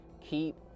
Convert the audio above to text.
keep